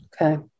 Okay